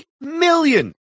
million